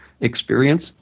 experience